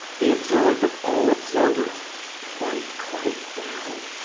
the observ'd of all observers quite, quite down!